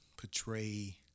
portray